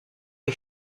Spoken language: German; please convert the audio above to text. ich